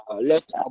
Let